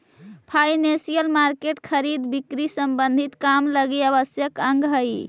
financial market खरीद बिक्री संबंधी काम लगी आवश्यक अंग हई